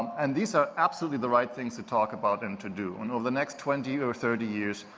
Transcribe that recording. and these are absolutely the right things to talk about and to do, and over the next twenty or thirty years,